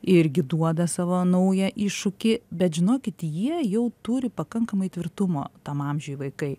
irgi duoda savo naują iššūkį bet žinokit jie jau turi pakankamai tvirtumo tam amžiui vaikai